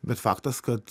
bet faktas kad